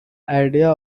idea